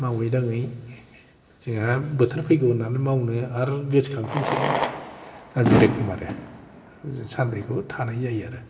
मावै दाङै जोंहा बोथोर फैगौ होन्नानै मावनो आर गोसो खांफिनसैलाय दा बे रोखोम आरो जों सानब्रैखौ थानाय जायो आरो